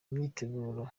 imyiteguro